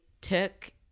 took